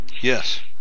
Yes